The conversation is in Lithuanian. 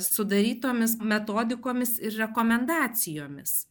sudarytomis metodikomis ir rekomendacijomis